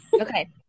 Okay